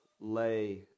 lay